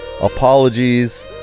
apologies